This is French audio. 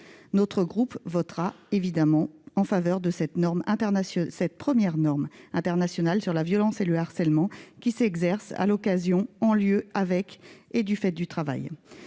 Notre groupe votera évidemment en faveur de cette première norme internationale sur la violence et le harcèlement qui s'exercent « à l'occasion, en lien avec ou du fait du travail